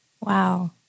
Wow